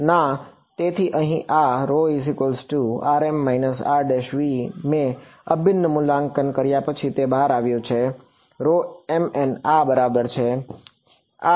ના તેથી અહીં આ ρrm r મેં અભિન્ન મૂલ્યાંકન કર્યા પછી તે બહાર આવ્યું છે mnઆ બરાબર છે